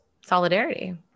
solidarity